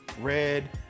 red